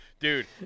Dude